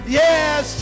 yes